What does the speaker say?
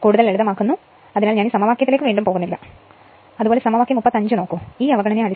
കൂടുതൽ ലളിതമാക്കുന്നു അതിനാൽ ഞാൻ ഈ സമവാക്യത്തിലേക്ക് വീണ്ടും പോകുന്നില്ല എഴുതുക തുടർന്ന് ഇടുക അത് ലഭിക്കും